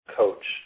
coach